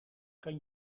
kan